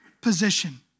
position